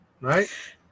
right